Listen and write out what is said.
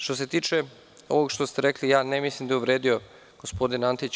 Što se tiče ovog što ste rekli, ja ne mislim da je uvredio gospodina Antića.